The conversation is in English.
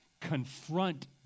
confront